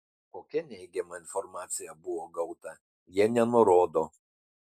kokia neigiama informacija buvo gauta jie nenurodo